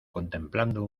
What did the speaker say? contemplando